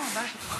סליחה.